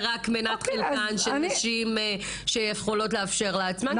רק מנת חלקן של נשים שיכולות לאפשר את זה לעצמן,